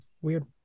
Weird